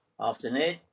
Afternoon